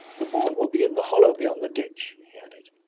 the boar will be in the hollow beyond the ditch he added.